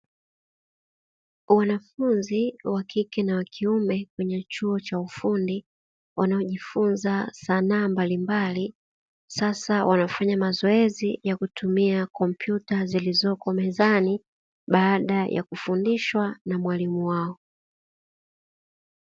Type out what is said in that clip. Wanafunzi wa kike na wa kiume kwenye chuo cha ufundi, wanaojifunza sanaa mbalimbali sasa wanafanya mazoezi ya kutumia kompyuta zilizoko mezani baada ya kufundishwa na mwalimu wao.